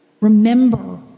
Remember